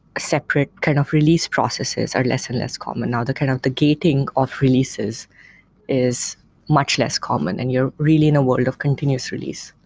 separate kind of release processes are less and less common now. kind of the gating of releases is much less common and you're really in a world of continuous release.